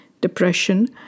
depression